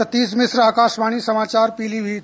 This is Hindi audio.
सतीश मिश्र आकाशवाणी समाचार पीलीभीत